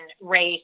race